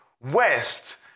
west